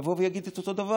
יבוא ויגיד את אותו דבר.